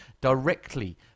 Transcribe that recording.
directly